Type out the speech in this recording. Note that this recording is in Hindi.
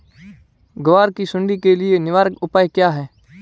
ग्वार की सुंडी के लिए निवारक उपाय क्या है?